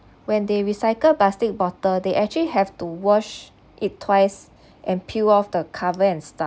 when they recycle plastic bottle they actually have to wash it twice and peel off the cover and